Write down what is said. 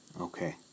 Okay